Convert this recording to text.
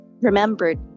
remembered